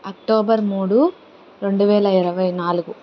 October మూడు రెండు వేల ఇరవై నాలుగు